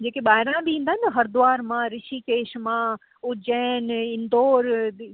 जेके ॿाहिरां बि ईंदा न हरिद्वार में ऋषिकेश मां उज्जैन इन्दौर